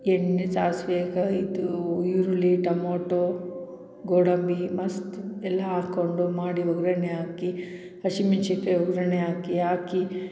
ಎಣ್ಣೆ ಸಾಸಿವೆ ಕಾಯಿದು ಈರುಳ್ಳಿ ಟಮೋಟೋ ಗೋಡಂಬಿ ಮಸ್ತ್ ಎಲ್ಲ ಹಾಕ್ಕೊಂಡು ಮಾಡಿ ಒಗ್ಗರಣೆ ಹಾಕಿ ಹಸಿಮೆಣ್ಸಿನ್ಕಾಯಿ ಒಗ್ಗರಣೆ ಹಾಕಿ ಹಾಕಿ